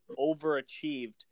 overachieved